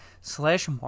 slash